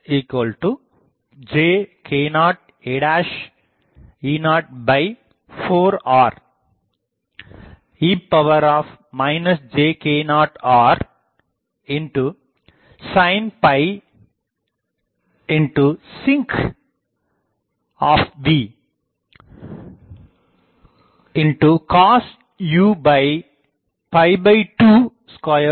Ejk0aE04r e jk0r sin sinc cos u22 u2